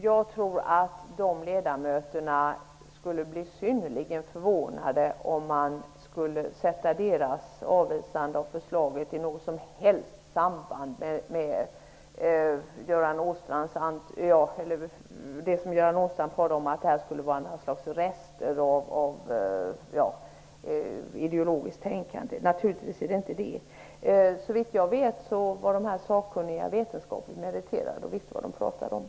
Jag tror att de skulle bli synnerligen förvånade om deras avvisande av förslaget skulle sättas i något som helst samband med Göran Åstrands tal om att det skulle vara fråga om något slags rester av ideologiskt tänkande. Naturligtvis är det inte så. Såvitt jag vet var de sakkunniga ledamöterna vetenskapligt meriterade och visste vad de talade om.